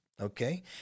okay